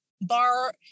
bar